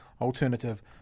alternative